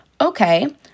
Okay